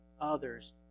others